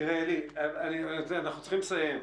אנחנו צריכים לסיים.